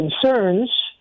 concerns